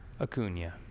Acuna